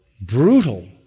brutal